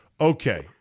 Okay